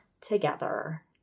together